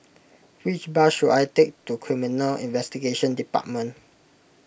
which bus should I take to Criminal Investigation Department